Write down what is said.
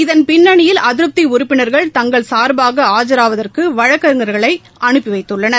இதன் பின்னணயில் அதிருப்தி உறுப்பினர்கள் தங்கள் சார்பாக ஆஜராவதற்கு வழக்கறிஞர்களை அனுப்பி வைத்துள்ளனர்